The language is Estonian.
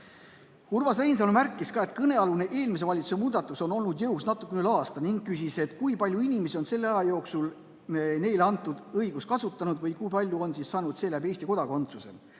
Urmas Reinsalu märkis ka, et kõnealune eelmise valitsuse muudatus on olnud jõus natuke üle aasta, ning küsis, kui palju inimesi on selle aja jooksul neile antud õigust kasutanud või kui palju on saanud seeläbi Eesti kodakondsuse.